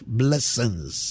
blessings